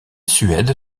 suède